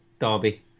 derby